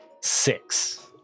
six